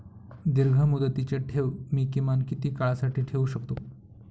दीर्घमुदतीचे ठेव मी किमान किती काळासाठी ठेवू शकतो?